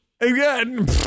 Again